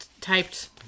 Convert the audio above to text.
typed